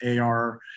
AR